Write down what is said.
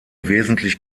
wesentlich